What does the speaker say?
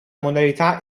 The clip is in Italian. modalità